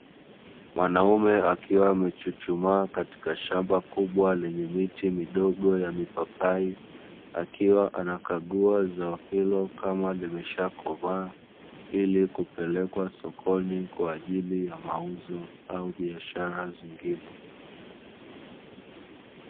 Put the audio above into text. Mwanaume akiwa amechuchumaa katika shamba kubwa lenye miti midogo ya mipapai, akiwa anakagua zao hilo kama limeshakomaa, ili kupelekwa sokoni kwa ajili ya mauzo au biashara zingine.